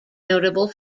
notable